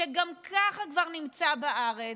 שגם ככה כבר נמצא בארץ,